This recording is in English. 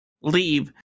Leave